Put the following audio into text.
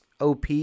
OP